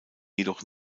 jedoch